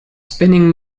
spinning